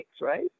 right